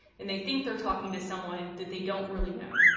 and they think they are talking to someone that they don't really know.